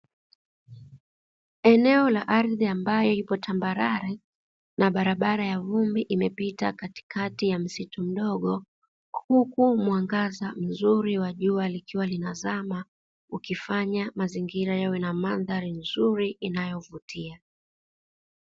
Eneo la ardhi ambayo ipo tambarare, na barabara ya vumbi imepita katikati ya msitu mdogo, huku mwangaza mzuri wa jua likiwa linazama, ukifanya mazingira yawe na mandhari nzuri inayovutia.